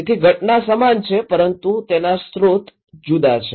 તેથી ઘટના સમાન છે પરંતુ સ્રોત જુદા છે